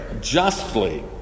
justly